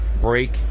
break